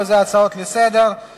וזה הצעות לסדר-היום.